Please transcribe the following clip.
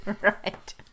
Right